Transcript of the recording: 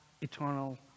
eternal